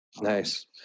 nice